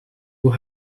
who